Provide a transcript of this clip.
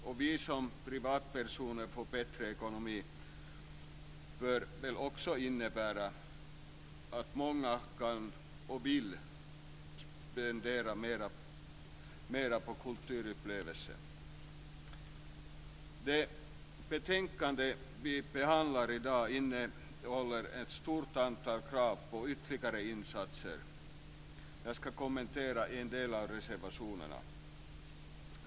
Och att vi som privatpersoner får bättre ekonomi bör väl också innebära att många kan och vill spendera mer på kulturupplevelser. Det betänkande vi behandlar i dag innehåller ett stort antal krav på ytterligare insatser. Jag ska kommentera en del av reservationerna.